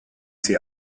sie